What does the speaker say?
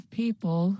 people